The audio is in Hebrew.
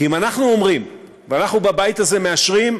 כי אם אנחנו אומרים, ואנחנו בבית הזה מאשרים,